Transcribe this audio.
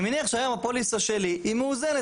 אני מניח שהיום הפוליסה שלי היא מאוזנת,